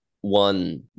one